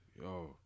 Yo